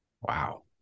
Wow